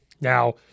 Now